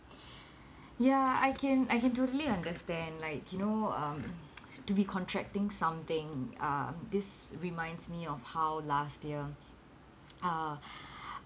ya I can I can totally understand like you know um to be contracting something um this reminds me of how last year uh